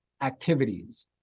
activities